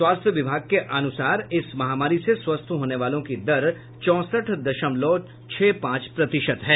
स्वास्थ्य विभाग के अनुसार इस महामारी से स्वस्थ होने वालों की दर चौसठ दशमलव छह पांच प्रतिशत है